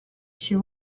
she